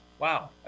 Wow